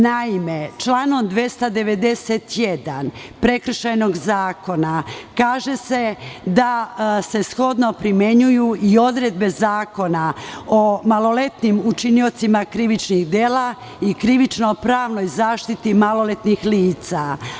Naime, članom 291. prekršajnog zakona kaže se da se shodno primenjuju i odredbe Zakona o maloletnim učiniocima krivičnih dela i krivično-pravnoj zaštiti maloletnih lica.